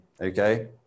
Okay